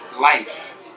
life